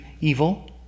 evil